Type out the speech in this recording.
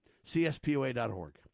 CSPOA.org